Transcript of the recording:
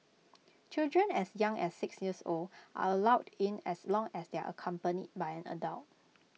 children as young as six years old are allowed in as long as they are accompanied by an adult